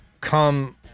come